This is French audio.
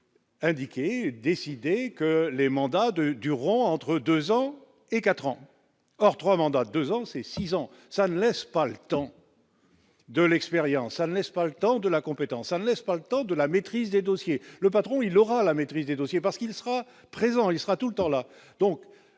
indiquer décidé que les mandats de du Roy, entre 2 ans et 4 en or 3 mandats : 2 ans ces 6 ans ça ne laisse pas le temps. De l'expérience a n'est-ce pas le temps de la compétence, ça ne laisse pas le temps de la maîtrise des dossiers, le patron, il aura la maîtrise des dossiers parce qu'il sera présent et sera tout le temps là